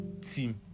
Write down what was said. team